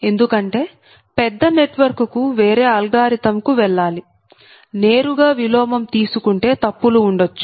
ఎందుకంటే పెద్ద నెట్వర్క్ కు వేరే అల్గోరిథం కు వెళ్లాలి నేరుగా విలోమం తీసుకుంటే తప్పులు ఉండొచ్చు